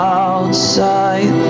outside